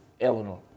Eleanor